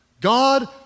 God